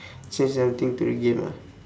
change something to the game ah